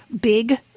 big